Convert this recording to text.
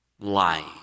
lying